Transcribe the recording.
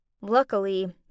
Luckily